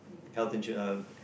health insured uh